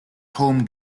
home